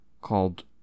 called